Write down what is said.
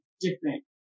different